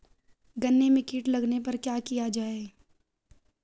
गन्ने में कीट लगने पर क्या किया जाये?